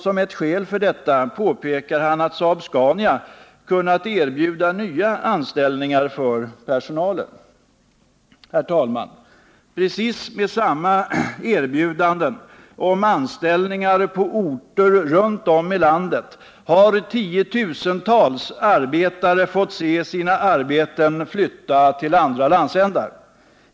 Som ett skäl för detta påpekar han att Saab-Scania kunnat erbjuda nya anställningar för personalen. Herr talman! Med precis samma erbjudanden om anställningar på orter runt om i landet har tiotusentals arbetare fått se sina arbeten flytta till andra landsändar.